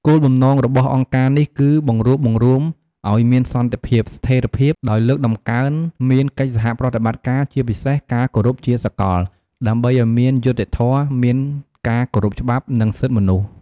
គោលបំណងរបស់ អង្គការនេះគឺបង្រួបបង្រួមអោយមានសន្តិភាព ស្ថេរភាព ដោយលើកតំកើងមានកិច្ចសហប្រតិបត្តិការ ជាពិសេសការគោរពជាសកល ដើម្បីអោយមាន យុត្តិធម៌ មានការគោរពច្បាប់ និងសិទ្ធិមនុស្ស។